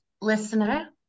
Listener